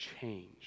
change